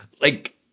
like-